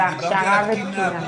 זה הכשרה והתקינה.